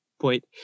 point